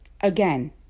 Again